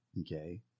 Okay